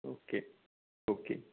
okay okay